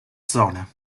zona